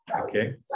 okay